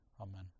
Amen